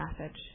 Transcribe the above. message